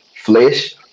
flesh